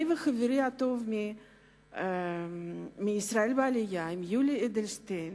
אני וחברי הטוב מישראל בעלייה, יולי אדלשטיין,